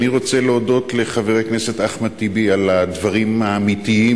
אני רוצה להודות לחבר הכנסת אחמד טיבי על הדברים האמיתיים,